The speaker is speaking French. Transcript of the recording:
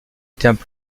étaient